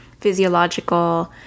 physiological